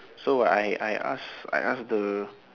so I i ask I ask the